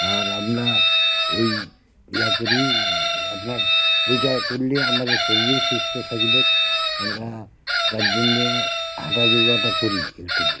আর আমরা ওই ইয়া করি আপনার ওইটা করলে আমাদের শরীরও সুস্থ থাকবেক আমরা যার জন্যে হাঁটা চলাটা করি একটুকু